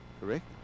Correct